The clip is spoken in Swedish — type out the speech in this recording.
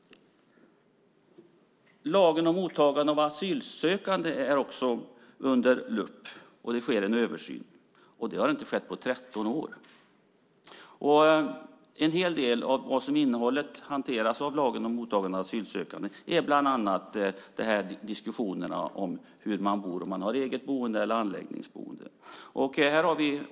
Lagen om mottagande av asylsökande är också under lupp. Det sker en översyn. Det har inte skett på 13 år. En hel del av översynen av lagen om mottagande av asylsökande gäller diskussionerna om boendet - eget boende eller anläggningsboende.